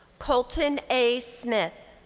colton a. smith.